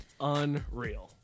Unreal